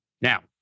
Now